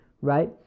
Right